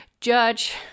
judge